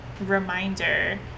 reminder